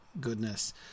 Goodness